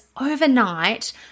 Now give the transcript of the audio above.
overnight